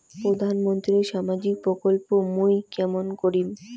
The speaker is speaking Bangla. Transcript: প্রধান মন্ত্রীর সামাজিক প্রকল্প মুই কেমন করিম?